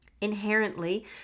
Inherently